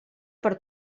per